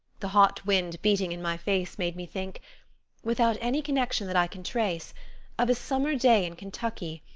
the hot wind beating in my face made me think without any connection that i can trace of a summer day in kentucky,